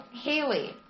Haley